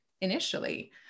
initially